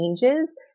changes